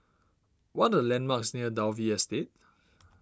what are landmarks near Dalvey Estate